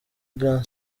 grand